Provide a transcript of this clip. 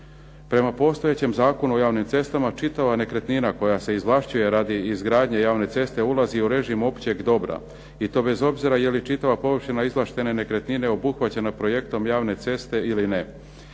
Prema postojećem Zakonu o javnim cestama čitava nekretnina koja se izvlašćuje radi izgradnje javne ceste ulazi u režim općeg dobra i to bez obzira je li čitava površina izvlaštene nekretnine obuhvaćena projektom javne ceste ili ne.